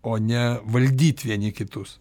o ne valdyt vieni kitus